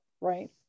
right